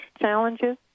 challenges